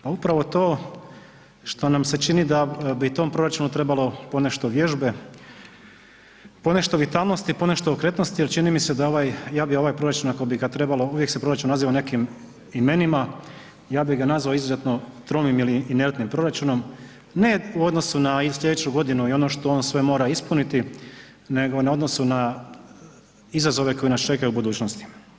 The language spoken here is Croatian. Pa upravo to što nam se čini da bi tom proračunu trebalo ponešto vježbe, ponešto vitalnosti, ponešto okretnosti jer čini mi se da ovaj, ja bih ovaj proračun ako bi ga trebalo, uvijek se proračun naziva nekim imenima, ja bih ga nazvao izuzetno tromim ili inertnim proračunom, ne u odnosu na sljedeću godinu i ono što on sve mora ispuniti nego u odnosu na izazove koji nas čekaju u budućnosti.